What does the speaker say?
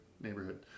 neighborhood